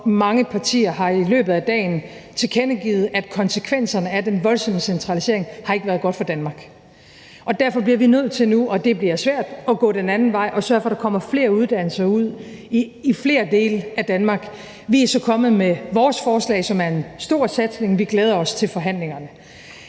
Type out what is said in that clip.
mange partier har i løbet af dagen tilkendegivet, at konsekvenserne af den voldsomme centralisering ikke har været gode for Danmark. Derfor bliver vi nødt til nu – og det bliver svært – at gå den anden vej og sørge for, at der kommer flere uddannelser ud i flere dele af Danmark. Vi er så kommet med vores forslag, som er en stor satsning. Vi glæder os til forhandlingerne.